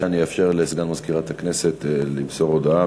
אני אאפשר לסגן מזכירת הכנסת למסור הודעה.